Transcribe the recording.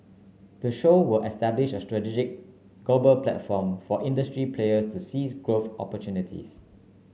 the show will establish a strategy global platform for industry players to seize growth opportunities